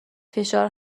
فشار